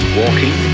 walking